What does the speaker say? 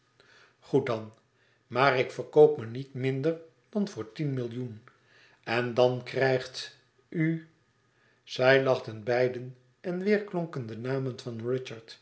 goed dan maar ik verkoop me niet minder dan voor tien millioen en dan krijgt u zij lachten beiden en weêr klonken de namen van